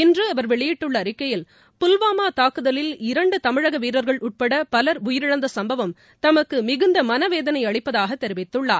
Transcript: இன்று அவர் வெளியிட்டுள்ள அறிக்கையில் புல்வாமா தாக்குதலில் இரண்டு தமிழக வீரர்கள் உட்பட பவர் உயிரிழந்த சும்பவம் தமக்கு மிகுந்த மனவேதனை அளிப்பதாகத் தெரிவித்துள்ளார்